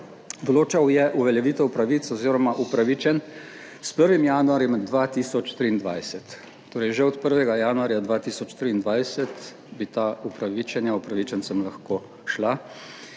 Določal je uveljavitev pravic oziroma upravičenj s 1. januarjem 2023, torej že od 1. januarja 2023 bi ta upravičenja upravičencem lahko šla.